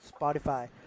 Spotify